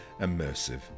immersive